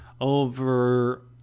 over